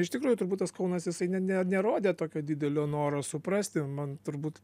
iš tikrųjų turbūt tas kaunas jisai ne ne nerodė tokio didelio noro suprasti man turbūt